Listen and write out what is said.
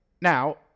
Now